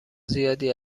زیادی